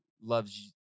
loves